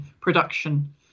production